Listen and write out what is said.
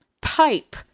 pipe